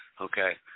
okay